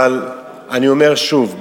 אבל אני אומר שוב,